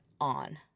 on